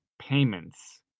payments